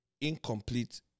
incomplete